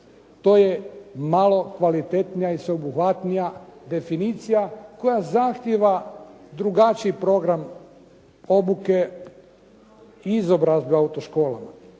To je malo kvalitetnija i sveobuhvatnija definicija koja zahtijeva drugačiji program obuke i izobrazbe u auto-školama.